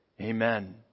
Amen